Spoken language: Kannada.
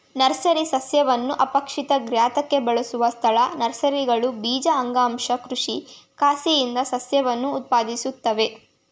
ನರ್ಸರಿ ಸಸ್ಯವನ್ನು ಅಪೇಕ್ಷಿತ ಗಾತ್ರಕ್ಕೆ ಬೆಳೆಸುವ ಸ್ಥಳ ನರ್ಸರಿಗಳು ಬೀಜ ಅಂಗಾಂಶ ಕೃಷಿ ಕಸಿಯಿಂದ ಸಸ್ಯವನ್ನು ಉತ್ಪಾದಿಸುತ್ವೆ